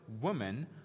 woman